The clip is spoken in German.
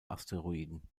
asteroiden